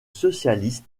socialiste